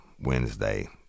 Wednesday